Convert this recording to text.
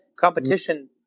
Competition